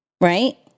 right